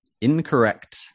Incorrect